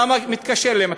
אתה מתקשר אליהם,